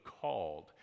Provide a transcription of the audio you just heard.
called